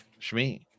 shmi